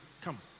come